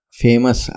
famous